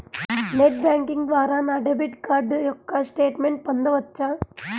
Net banking ద్వారా నా debit card యొక్క స్టేట్మెంట్ పొందవచ్చా?